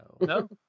No